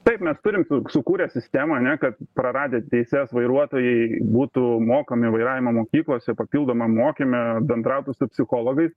taip mes turim sukūrę sistemą ane kad praradę teises vairuotojai būtų mokomi vairavimo mokyklose papildomam mokyme bendrautų su psichologais